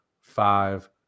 five